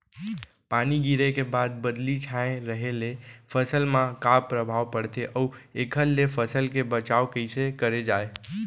पानी गिरे के बाद बदली छाये रहे ले फसल मा का प्रभाव पड़थे अऊ एखर ले फसल के बचाव कइसे करे जाये?